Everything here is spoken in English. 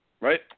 Right